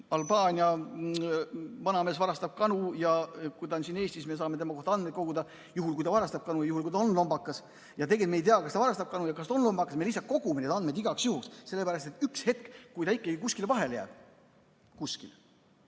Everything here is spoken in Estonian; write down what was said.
Albaania vanamees varastab kanu ja kui ta on siin Eestis, siis me saame tema kohta andmeid koguda, juhul kui ta varastab kanu või juhul kui ta on lombakas. Tegelikult me ei tea, kas ta varastab kanu ja kas ta on lombakas, aga me lihtsalt kogume neid andmeid igaks juhuks, sellepärast et üks hetk, kui ta ikkagi kuskil vahele jääb, siis